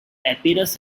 epirus